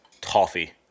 toffee